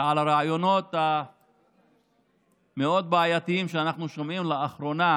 ועל הרעיונות המאוד-בעייתיים שאנחנו שומעים לאחרונה,